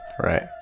Right